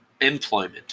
employment